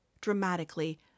dramatically